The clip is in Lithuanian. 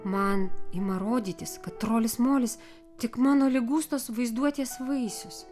man ima rodytis kad trolis molis tik mano liguistos vaizduotės vaisius